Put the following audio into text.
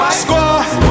squad